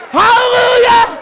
hallelujah